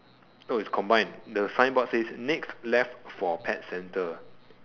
no it's combined the signboard says next left for pet centre